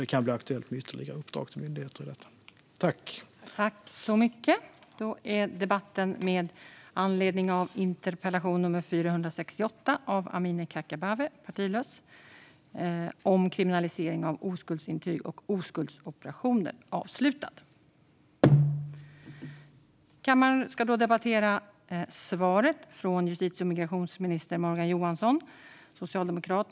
Det kan bli aktuellt med ytterligare uppdrag till myndigheter i detta fall.